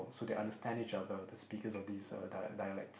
so they understand each other the speakers of these dialects